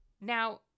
Now